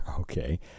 Okay